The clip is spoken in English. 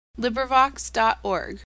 LibriVox.org